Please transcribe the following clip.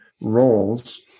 roles